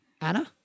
Anna